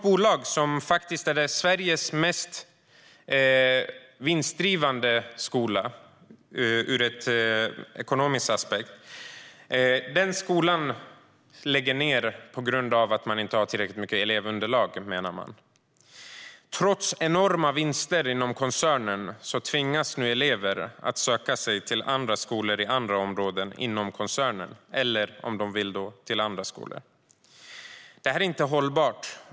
Bolaget är Sveriges mest vinstdrivande skolföretag. Och man lägger ned skolan på grund av bristande elevunderlag, menar man. Trots enorma vinster inom koncernen tvingas nu elever att söka sig till andra skolor inom koncernen i andra områden eller till andra skolor, om de vill det. Det här är inte hållbart.